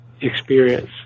experience